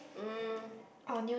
um